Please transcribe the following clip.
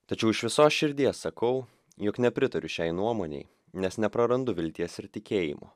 tačiau iš visos širdies sakau jog nepritariu šiai nuomonei nes neprarandu vilties ir tikėjimo